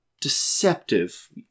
deceptive